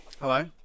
Hello